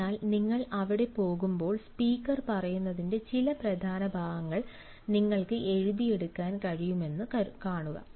അതിനാൽ നിങ്ങൾ അവിടെ പോകുമ്പോൾ സ്പീക്കർ പറയുന്നതിന്റെ ചില പ്രധാന ഭാഗങ്ങൾ നിങ്ങൾക്ക് എഴുതി എടുക്കാൻ കഴിയുമെന്ന് കാണുക